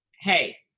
hey